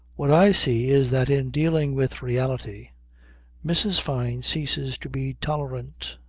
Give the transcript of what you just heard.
what i see is that in dealing with reality mrs. fyne ceases to be tolerant.